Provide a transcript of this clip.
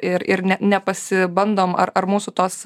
ir ir ne pasibandom ar ar mūsų tos